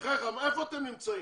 בחייך, איפה אתם נמצאים?